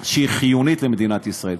שהיא חיונית למדינת ישראל.